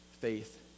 faith